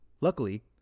Luckily